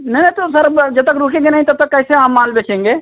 नय तो सर जब तक रुकेंगे नहीं तब तक कैसे हम माल बेचेंगे